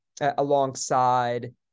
alongside